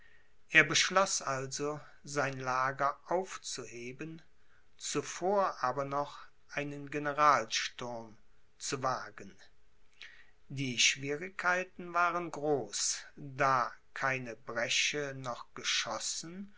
er beschloß also sein lager aufzuheben zuvor aber noch einen generalsturm zu wagen die schwierigkeiten waren groß da keine bresche noch geschossen